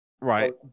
Right